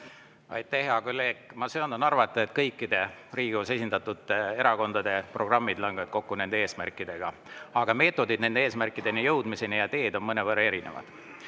Aitäh, hea kolleeg! Ma söandan arvata, et kõikide Riigikogus esindatud erakondade programmid langevad kokku nende eesmärkidega, aga meetodid ja teed nende eesmärkideni jõudmiseks on mõnevõrra erinevad.